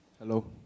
Hello